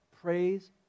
Praise